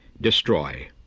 destroy